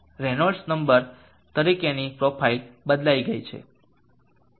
રેનાલ્ટ number તરીકેની profile બદલાઈ ગઈ છે